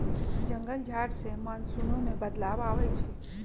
जंगल झार से मानसूनो में बदलाव आबई छई